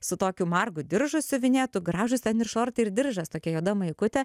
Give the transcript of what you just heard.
su tokiu margu diržu siuvinėtu gražūs ten ir šortai ir diržas tokia juoda maikutė